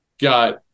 got